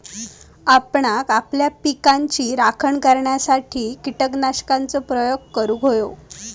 आपणांक आपल्या पिकाची राखण करण्यासाठी कीटकनाशकांचो प्रयोग करूंक व्हयो